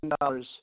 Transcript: dollars